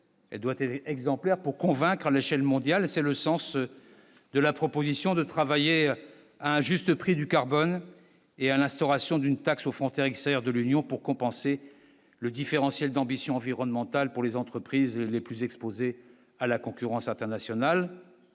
Elle doit être exemplaire pour convaincre à l'échelle mondiale, c'est le sens de la proposition de travailler à un juste prix du carbone et à l'instauration d'une taxe aux frontières extérieures de l'Union pour compenser le différentiel d'ambitions environnementales pour les entreprises les plus exposés à la concurrence internationale,